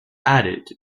added